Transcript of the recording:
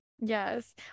yes